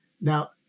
Now